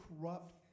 corrupt